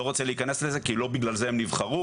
לא רוצה להיכנס לזה, כי לא בגלל זה הם נבחרו.